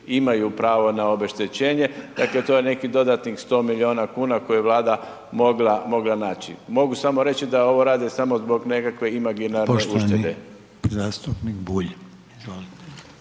imaju pravo na obeštećenje, dakle to je nekih dodatnih 100 milijuna kuna koje je Vlada mogla, mogla naći. Mogu samo reći da ovo rade zbog nekakve imaginarne …/Upadica: Poštovani…/…uštede.